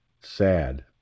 sad